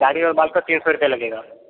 दाढ़ी और बाल का तीन सौ रुपये लगेगा